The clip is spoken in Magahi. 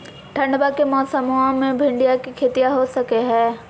ठंडबा के मौसमा मे भिंडया के खेतीया हो सकये है?